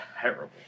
terrible